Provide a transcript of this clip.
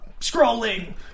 scrolling